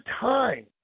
time